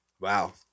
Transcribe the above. Wow